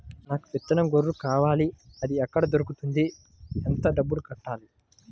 నాకు విత్తనం గొర్రు కావాలి? అది ఎక్కడ దొరుకుతుంది? ఎంత డబ్బులు కట్టాలి?